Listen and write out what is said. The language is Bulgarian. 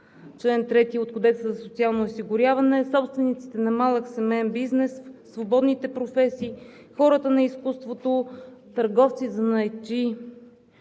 чл. 3 от Кодекса за социално осигуряване – собствениците на малък семеен бизнес, свободните професии, хората на изкуството, търговци, занаятчии.